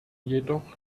jedoch